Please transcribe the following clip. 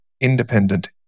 independent